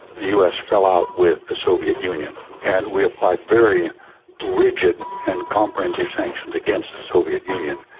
the us fell out with the soviet union, and we applied very rigid and comprehensive sanctions against the soviet union.